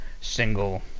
single